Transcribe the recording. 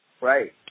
Right